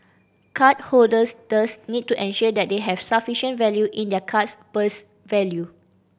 card holders thus need to ensure that they have sufficient value in their card's purse value